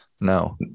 no